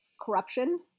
corruption